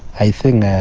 i think